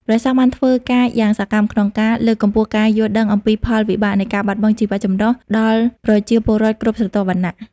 ព្រះសង្ឃបានធ្វើការយ៉ាងសកម្មក្នុងការ លើកកម្ពស់ការយល់ដឹងអំពីផលវិបាកនៃការបាត់បង់ជីវៈចម្រុះ ដល់ប្រជាពលរដ្ឋគ្រប់ស្រទាប់វណ្ណៈ។